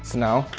now,